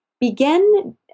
begin